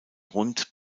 rund